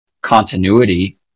continuity